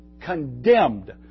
condemned